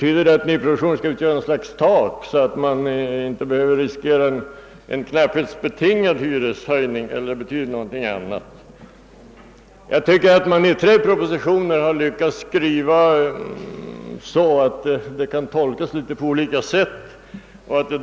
Innebär det att nyproduktionen skall utgöra något slags tak, så att man inte behöver riskera en av knapphet betingad hyreshöjning, eller betyder det någonting annat? Jag tycker att man i tre propositioner lyckats skriva så att flera tolkningar är möjliga.